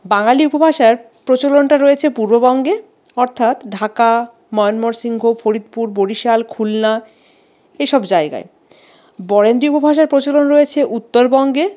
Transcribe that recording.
বাঙ্গালী উপভাষার প্রচলনটা রয়েছে পূর্ববঙ্গে অর্থাৎ ঢাকা ময়নমরসিংহ ফরিদপুর বরিশাল খুলনা এসব জায়গায় বরেন্দ্রী উপভাষার প্রচলন রয়েছে উত্তরবঙ্গে